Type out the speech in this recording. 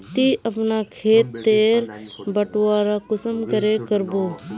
ती अपना खेत तेर बटवारा कुंसम करे करबो?